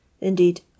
Indeed